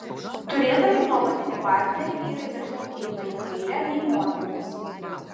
turėdami nuolatinį partnerį vyrai dažniau eina į kairę nei moterys